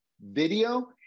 video